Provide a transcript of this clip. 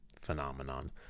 phenomenon